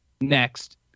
next